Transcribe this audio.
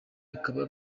bikaba